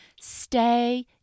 Stay